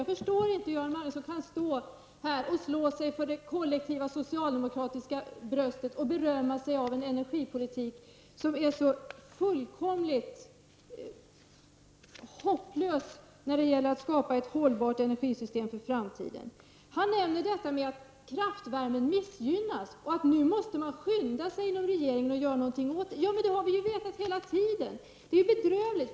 Jag förstår inte hur Göran Magnusson kan stå här och slå sig för det kollektiva socialdemokratiska bröstet och berömma sig av en energipolitik som är så fullkomligt hopplös när det gäller att skapa ett hållbart energisystem för framtiden. Göran Magnusson nämner att kraftvärmen missgynnas och att regeringen nu måste skynda sig att göra någonting åt det. Men det har vi ju vetat hela tiden! Det är ju bedrövligt!